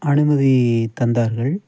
அனுமதி தந்தார்கள்